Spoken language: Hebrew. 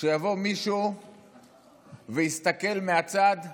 שיבוא מישהו ויסתכל מהצד,